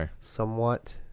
somewhat